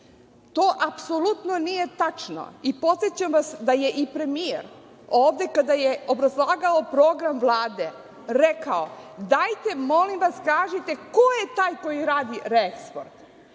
To apsolutno nije tačno i podsećam vas da je i premijer, ovde kada je obrazlagao program Vlade rekao – dajte, molim vas, kažite ko je taj ko radi reeksport. Sada,